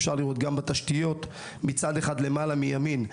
אפשר לראות בתשתיות מצד ימין בשקף,